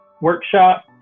workshop